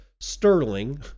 sterling